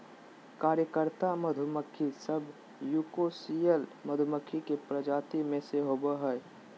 कार्यकर्ता मधुमक्खी सब यूकोसियल मधुमक्खी के प्रजाति में से होबा हइ